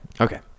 Okay